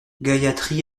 gayathri